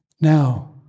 Now